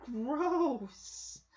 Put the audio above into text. gross